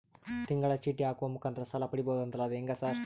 ತಿಂಗಳ ಚೇಟಿ ಹಾಕುವ ಮುಖಾಂತರ ಸಾಲ ಪಡಿಬಹುದಂತಲ ಅದು ಹೆಂಗ ಸರ್?